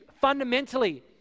fundamentally